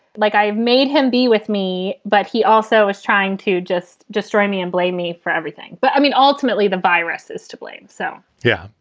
like, i have made him be with me. but he also is trying to just destroy me and blame me for everything. but i mean, ultimately, the virus is to blame so, yeah,